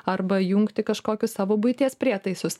arba jungti kažkokius savo buities prietaisus